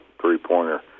three-pointer